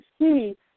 see